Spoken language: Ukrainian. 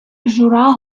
жура